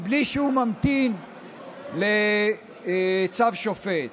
מבלי שהוא ממתין לצו שופט.